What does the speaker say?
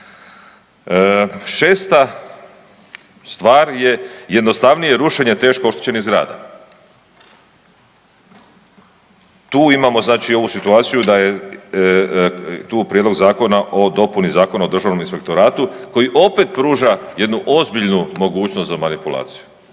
Šesta stvar je jednostavnije rušenje teško oštećenih zgrada. Tu imamo znači ovu situaciju da je tu prijedlog zakona o dopuni Zakona o državnom inspektoratu koji opet pruža jednu ozbiljnu mogućnost za manipulaciju,